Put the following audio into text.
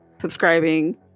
subscribing